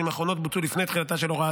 האחרונות בוצעו לפני תחילתה של הוראת